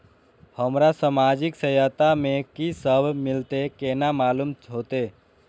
हमरा सामाजिक सहायता में की सब मिलते केना मालूम होते?